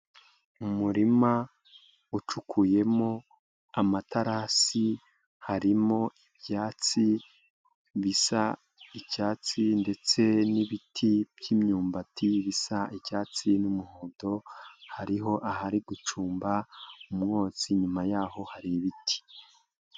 Umurima ucukuyemo amaterasi, harimo ibyatsi, bisa icyatsi ndetse n'ibiti by'imyumbati, bisa icyatsi n'umuhondo, hariho ahari gucumba umwotsi inyuma yaho hari ibiti.